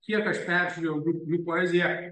kiek aš peržiūrėjau jų jų poeziją